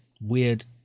weird